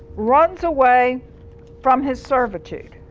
runs away from his servitude.